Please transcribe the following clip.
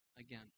again